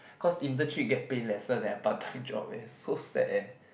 cause internship get pay lesser than a part time job eh so sad eh